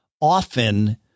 often